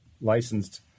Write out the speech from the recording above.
licensed